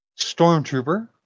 Stormtrooper